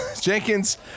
Jenkins